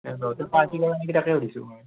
এই তহঁতে পাৰ্টি ক'ৰ' নেকি তাকে শুধিছোঁ মই